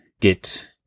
get